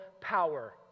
power